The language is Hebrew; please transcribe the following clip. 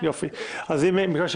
לנגיף